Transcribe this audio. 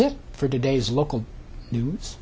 it for today's local news